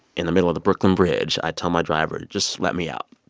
in the middle of the brooklyn bridge, i tell my driver to just let me out.